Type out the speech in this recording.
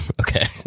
Okay